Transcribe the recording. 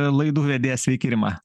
laidų vedėja sveiki rima